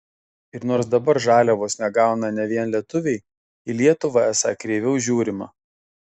ir nors dabar žaliavos negauna ne vien lietuviai į lietuvą esą kreiviau žiūrima